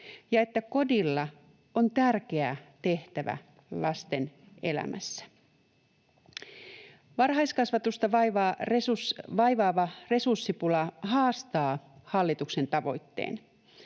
ja että kodilla on tärkeä tehtävä lasten elämässä. Varhaiskasvatusta vaivaava resurssipula haastaa hallituksen tavoitteen.